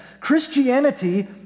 Christianity